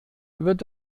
wird